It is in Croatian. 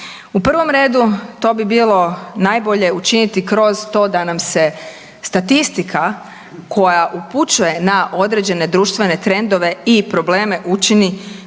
U prvom redu to bi bilo najbolje učiniti kroz to da nam se statistika koja upućuje na određene društvene trendove i probleme učini